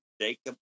Jacob